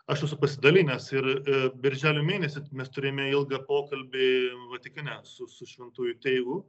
aš esu pasidalinęs ir birželio mėnesį mes turėjome ilgą pokalbį vatikane su su šventuoju tėvu